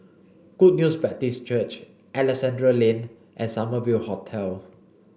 Good News Baptist Church Alexandra Lane and Summer View Hotel